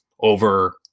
over